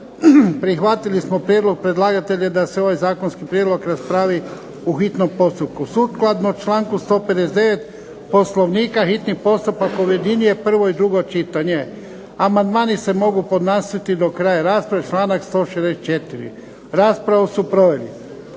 prihvatili smo prijedlog predlagatelja da se ovaj zakonski prijedlog raspravi u hitnom postupku. Sukladno članku 159. Poslovnika hitni postupak objedinjuje prvo i drugo čitanje. Amandmani se mogu podnositi do kraja rasprave, članak 164. Raspravu su proveli